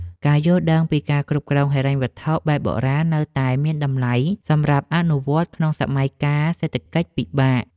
ការយល់ដឹងពីការគ្រប់គ្រងហិរញ្ញវត្ថុបែបបុរាណនៅតែមានតម្លៃសម្រាប់អនុវត្តក្នុងសម័យកាលសេដ្ឋកិច្ចពិបាក។